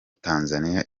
tanzania